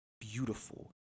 beautiful